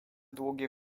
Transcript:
długie